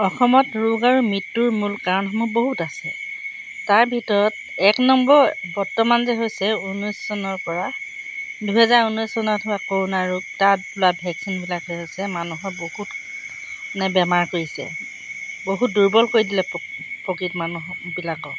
অসমত ৰোগ আৰু মৃত্যুৰ মূল কাৰণসমূহ বহুত আছে তাৰ ভিতৰত এক নম্বৰ বৰ্তমান যে হৈছে ঊনৈছ চনৰ পৰা দুহেজাৰ ঊনৈছ চনত হোৱা ক'ৰোণা ৰোগ তাত লোৱা ভেকচিনবিলাকে হৈছে মানুহৰ বহুত মানে বেমাৰ কৰিছে বহুত দুৰ্বল কৰি দিলে প প্ৰকৃত মানুহবিলাকক